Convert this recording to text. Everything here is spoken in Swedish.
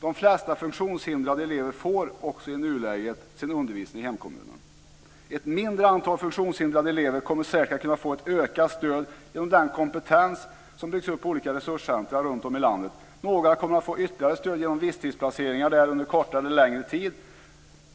De flesta funktionshindrade elever får också i nuläget sin undervisning i hemkommunen. Ett mindre antal funktionshindrade elever kommer säkert att kunna få ett ökat stöd genom den kompetens som byggs upp i olika resurscenter runt om i landet. Några kommer att få ytterligare stöd genom visstidsplaceringar där under kortare eller längre tid.